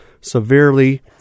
severely